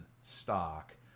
stock